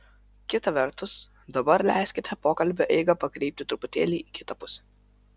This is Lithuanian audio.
kita vertus dabar leiskite pokalbio eigą pakreipti truputėlį į kitą pusę